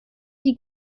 die